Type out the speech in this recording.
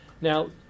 Now